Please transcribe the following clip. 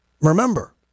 Remember